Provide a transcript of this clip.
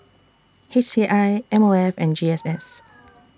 H C I M O F and G S S